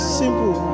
simple